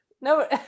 No